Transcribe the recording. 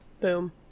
boom